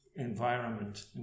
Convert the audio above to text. environment